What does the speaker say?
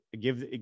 give